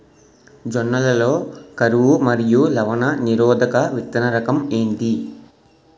జొన్న లలో కరువు మరియు లవణ నిరోధక విత్తన రకం ఏంటి?